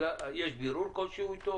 יש בירור אתו?